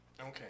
Okay